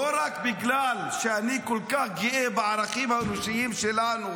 לא רק בגלל שאני כל כך גאה בערכים האנושיים שלנו,